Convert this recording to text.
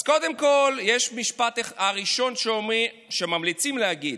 אז קודם כול יש את המשפט הראשון שממליצים להגיד: